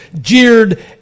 jeered